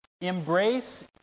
Embrace